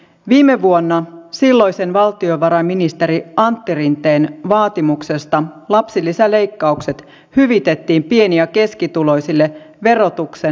viime vuonna silloisen valtiovarainministeri antti rinteen vaatimuksesta lapsilisäleikkaukset hyvitettiin pieni ja keskituloisille verotuksen lapsivähennyksellä